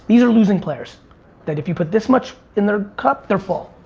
these are losing players that if you put this much in their cup, they're full.